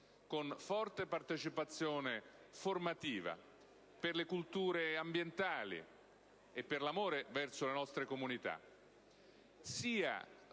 con forte partecipazione formativa per la cultura ambientale e per l'amore verso la nostra comunità, sia